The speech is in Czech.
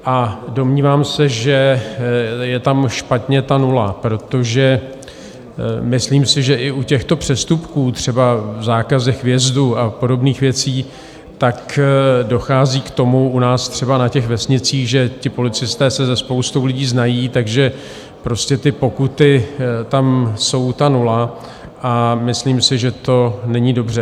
A domnívám se, že je tam špatně ta nula, protože myslím si, že i u těchto přestupků, třeba v zákazech vjezdu a podobných věcí, dochází k tomu u nás třeba na vesnicích, že ti policisté se se spoustou lidí znají, takže prostě ty pokuty tam jsou nula, a myslím si, že to není dobře.